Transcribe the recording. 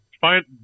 find